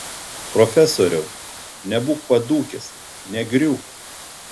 profesoriau nebūk padūkęs negriūk